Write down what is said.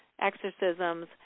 exorcisms